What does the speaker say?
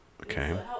Okay